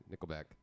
Nickelback